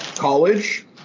College